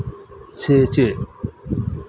ᱥᱮ ᱪᱮᱫ